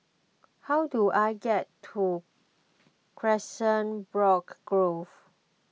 how do I get to Grove